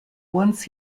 once